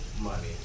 money